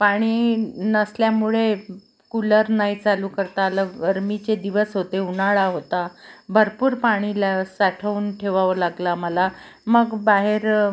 पाणी नसल्यामुळे कूलर नाही चालू करता आला गरमीचे दिवस होते उन्हाळा होता भरपूर पाणी लं साठवून ठेवावं लागलं आमाला मग बाहेर